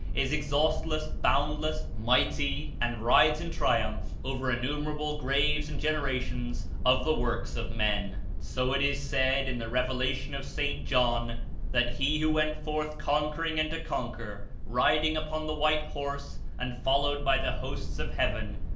is exhaustless, boundless, mighty, and rides in triumph over innumerable graves and generations of the works of men. so it is said in the revelation of st. john that he who went forth conquering and to conquer, riding upon the white horse and followed by the hosts of heaven,